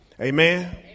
Amen